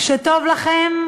כשטוב לכם,